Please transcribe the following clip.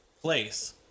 place